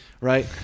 right